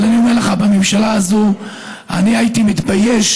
אני אומר לך שבממשלה הזאת אני הייתי מתבייש.